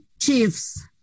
chiefs